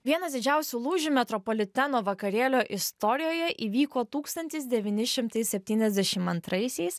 vienas didžiausių lūžių metropoliteno vakarėlio istorijoje įvyko tūkstantis devyni šimtai septyniasdešim antraisiais